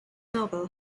novel